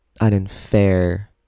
unfair